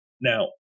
Now